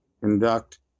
conduct